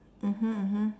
mmhmm mmhmm